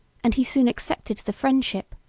and he soon accepted the friendship,